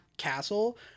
Castle